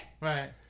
Right